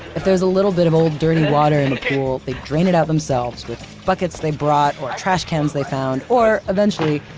if there was a little bit of old, dirty water in the pool, they'd drain it out themselves with buckets they brought, or trash cans they found, or, eventually,